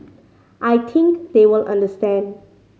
I think they will understand